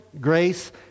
grace